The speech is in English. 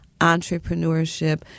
entrepreneurship